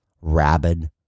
rabid